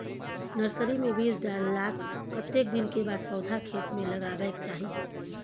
Nursery मे बीज डाललाक कतेक दिन के बाद पौधा खेत मे लगाबैक चाही?